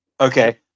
Okay